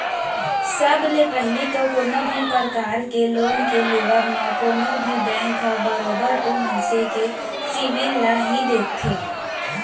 सब ले पहिली तो कोनो भी परकार के लोन के लेबव म कोनो भी बेंक ह बरोबर ओ मनसे के सिविल ल ही देखथे